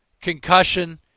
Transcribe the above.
concussion